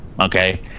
okay